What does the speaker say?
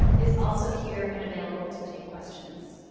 is also here and available to take questions.